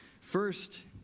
First